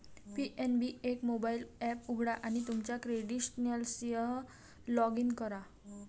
PNB एक mobile app उघडा आणि तुमच्या क्रेडेन्शियल्ससह लॉग इन करा